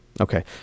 Okay